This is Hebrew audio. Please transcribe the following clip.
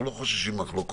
אנחנו לא חוששים ממחלוקות.